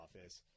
office